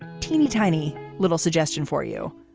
teeny, tiny little suggestion for you.